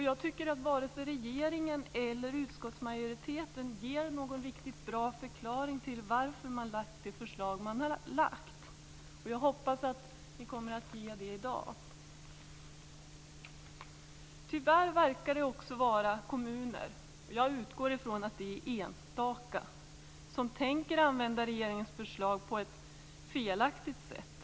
Jag tycker inte att vare sig regeringen eller utskottsmajoriteten ger någon riktigt bra förklaring till varför den har lagt fram sitt förslag. Jag hoppas att vi får det i dag. Tyvärr verkar det finnas kommuner - jag utgår från att det är enstaka kommuner - som tänker använda regeringens förslag på ett felaktigt sätt.